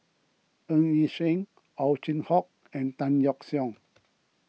Ng Yi Sheng Ow Chin Hock and Tan Yeok Seong